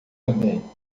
também